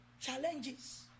challenges